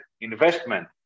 investment